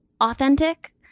authentic